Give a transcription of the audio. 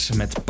met